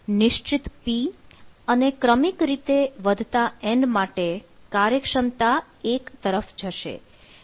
નિશ્ચિત p અને ક્રમિક રીતે વધતાં n માટે કાર્યક્ષમતા 1 તરફ જશે